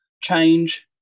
change